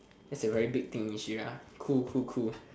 that's a very big issue lah cool cool cool